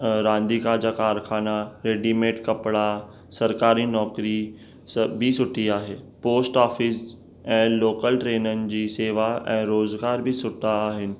रांदिका जा कारखाना रेडीमेंड कपिड़ा सरकारी नौकरी सभ ई सुठी आहे पोस्टऑफ़िस ऐं लोकल ट्रेननि जी सेवा ऐं रोज़गार बि सुठा आहिनि